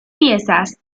piezas